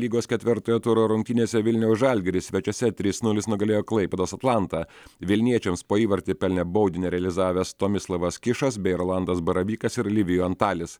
lygos ketvirtojo turo rungtynėse vilniaus žalgiris svečiuose trys nulis nugalėjo klaipėdos atlantą vilniečiams po įvartį pelnė baudinį realizavęs tomislavas kišas bei rolandas baravykas ir livijų antalis